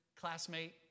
Classmate